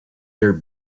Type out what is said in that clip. their